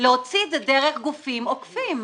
להוציא את זה דרך גופים עוקפים.